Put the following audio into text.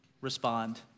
respond